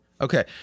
Okay